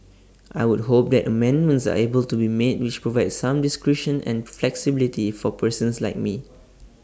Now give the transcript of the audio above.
I would hope that amendments are able to be made which provide some discretion and flexibility for persons like me